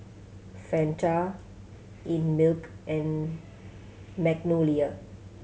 Fanta Einmilk and Magnolia